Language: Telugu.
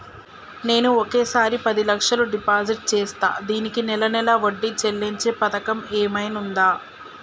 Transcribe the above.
నేను ఒకేసారి పది లక్షలు డిపాజిట్ చేస్తా దీనికి నెల నెల వడ్డీ చెల్లించే పథకం ఏమైనుందా?